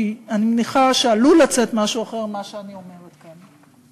כי אני מניחה שעלול לצאת משהו אחר ממה שאני אומרת כאן: